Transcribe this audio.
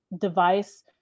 device